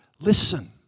Listen